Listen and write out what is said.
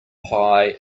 pie